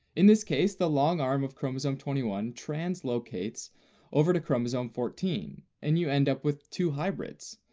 in this case, the long arm of chromosome twenty one translocates over to chromosome fourteen, and you end up with two hybrids,